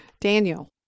Daniel